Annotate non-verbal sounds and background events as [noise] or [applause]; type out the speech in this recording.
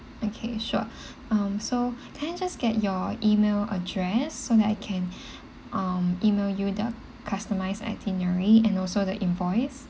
okay sure [breath] um so can I just get your email address so that I can [breath] um email you the customized itinerary and also the invoice